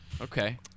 Okay